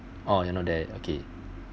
oh you know that okay